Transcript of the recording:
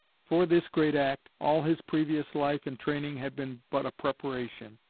for this great act all his previous life and training had been but a preparation.